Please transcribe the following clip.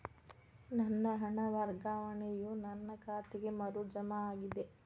ನನ್ನ ಹಣ ವರ್ಗಾವಣೆಯು ನನ್ನ ಖಾತೆಗೆ ಮರು ಜಮಾ ಆಗಿದೆ